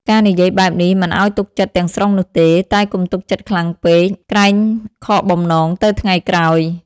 ការនិយាយបែបនេះ មិនអោយទុកចិត្តទាំងស្រុងនោះទេ តែកុំទុកចិត្តខ្លាំងពេក ក្រែងខកបំណងទៅថ្ងៃក្រោយ។